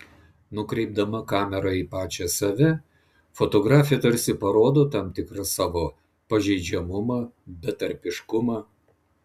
nukreipdama kamerą į pačią save fotografė tarsi parodo tam tikrą savo pažeidžiamumą betarpiškumą